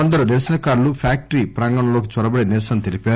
కొందరు నిరసన కారులు ఫ్యాక్టరీ ప్రాంగణంలోకి చొరబడి నిరసన తెలిపారు